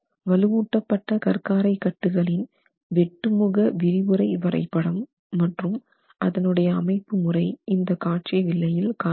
வலுவூட்டப்பட்ட கற்காரை கட்டுகளின் வெட்டுமுக விரிவுரை வரை படம் மற்றும் அதனுடைய அமைப்பு முறை இந்த காட்சி வில்லையில் காணலாம்